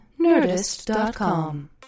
Nerdist.com